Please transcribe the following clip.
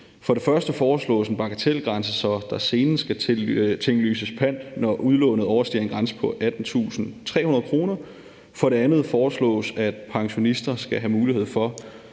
For det første foreslås en bagatelgrænse, så der senest skal tinglyses pant, når udlånet overstiger en grænse på 18.300 kr. For det andet foreslås, at pensionister skal have mulighed for